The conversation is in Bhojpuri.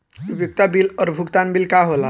उपयोगिता बिल और भुगतान बिल का होला?